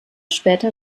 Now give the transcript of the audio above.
später